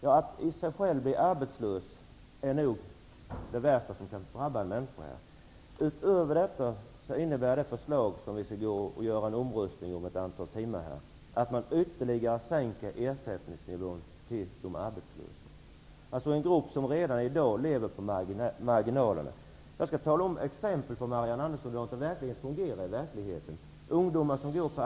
Att bli arbetslös är nog det värsta som kan drabba en människa. Utöver detta innebär det förslag som vi om ett par timmar skall rösta om att man ytterligare sänker ersättningsnivån för de arbetslösa, en grupp som redan i dag lever på marginalen. Jag skall ta upp ett exempel på hur det fungerar i verkligheten.